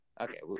Okay